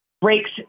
breaks